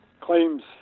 claims